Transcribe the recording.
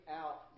out